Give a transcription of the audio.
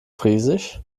friesisch